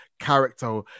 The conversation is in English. character